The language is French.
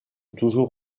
toujours